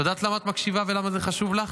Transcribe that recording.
את יודעת למה את מקשיבה ולמה זה חשוב לך?